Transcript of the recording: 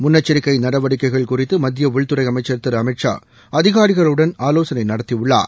முன்னெச்சரிக்கை நடவடிக்கைகள் குறித்து மத்திய உள்துறை அமைச்சர் திரு அமித்ஷா அதிகாரிகளுடன் ஆவோசனை நடத்தியுள்ளார்